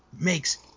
makes